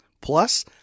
Plus